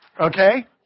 Okay